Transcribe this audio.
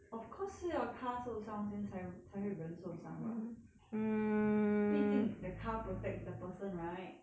of course 是要 car 受伤先才才会人受伤吧毕竟 the car protect the person right